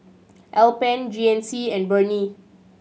Alpen G N C and Burnie